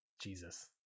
Jesus